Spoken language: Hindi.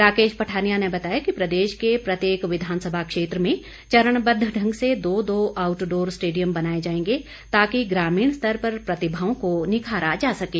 राकेश पठानिया ने बताया कि प्रदेश के प्रत्येक विधानसभा क्षेत्र में चरणबद्ध ढंग से दो दो आउटडोर स्टेडियम बनाए जाएंगे ताकि ग्रामीण स्तर पर प्रतिभाओं को निखारा जा सकें